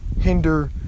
hinder